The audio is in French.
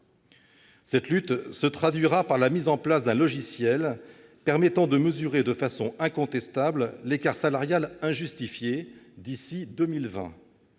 Cette lutte se traduira par la mise en place d'un logiciel permettant de mesurer de façon incontestable l'écart salarial injustifié d'ici à 2020.